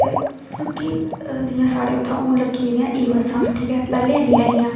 ते कि जियां साढ़े उत्थे हून लगी गेदियां ई बस्सां ठीक ऐ पैहले है नी ऐ हियां